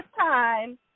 time